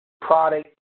product